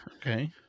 Okay